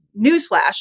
Newsflash